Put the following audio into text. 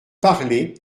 parler